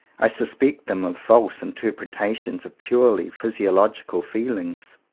i suspect them of false interpre tations of purely physiological feelings.